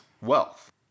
wealth